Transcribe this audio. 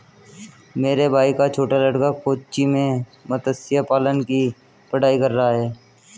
मेरे भाई का छोटा लड़का कोच्चि में मत्स्य पालन की पढ़ाई कर रहा है